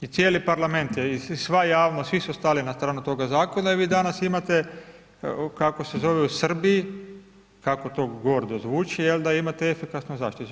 I cijeli parlament je i sva javnost, svi su stali na stranu toga zakona i vi danas imate kako se zove u Srbiji, kako to gordo zvuči jel, da imate efikasno zaštitu.